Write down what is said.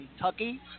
Kentucky